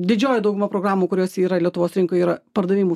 didžioji dauguma programų kurios yra lietuvos rinkoj yra pardavimų